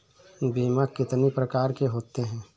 बीमा कितनी प्रकार के होते हैं?